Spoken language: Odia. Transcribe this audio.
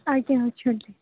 ଆଜ୍ଞା ଅଛନ୍ତି